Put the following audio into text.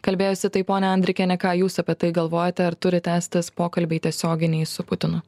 kalbėjosi tai ponia andrikiene ką jūs apie tai galvojate ar turi tęstis pokalbiai tiesioginiai su putinu